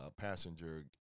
passenger –